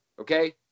okay